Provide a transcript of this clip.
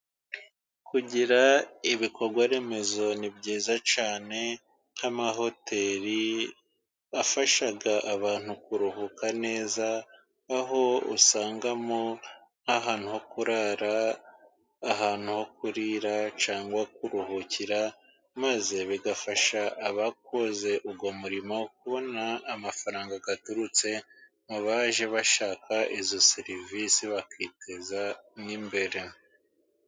Kugira ibikorwaremezo ni byiza cyane, nk'amahoteli afasha abantu kuruhuka neza, aho usangamo ahantu ho kurara, ahantu ho kurira cyangwa kuruhukira ,maze bigafasha abakoze uwo murimo kubona amafaranga aturutse, mu baje bashaka izo serivisi bakiteza n'imbere.